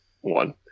one